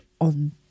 on